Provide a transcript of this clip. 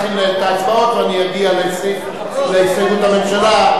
אני אתחיל את ההצבעות ואני אגיע להסתייגות הממשלה,